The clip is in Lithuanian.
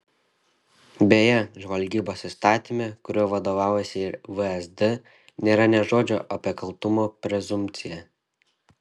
beje žvalgybos įstatyme kuriuo vadovaujasi ir vsd nėra nė žodžio apie kaltumo prezumpciją